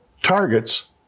targets